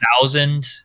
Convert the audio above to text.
thousand